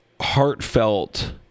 heartfelt